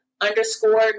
underscore